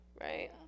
right